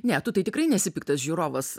ne tu tai tikrai nesi piktas žiūrovas